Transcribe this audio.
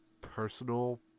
personal